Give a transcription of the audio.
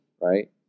right